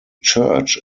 church